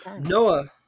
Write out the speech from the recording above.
Noah